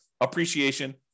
appreciation